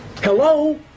Hello